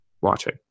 watching